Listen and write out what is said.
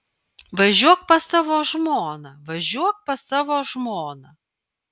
važiuok pas savo žmoną važiuok pas savo žmoną